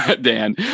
Dan